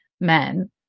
men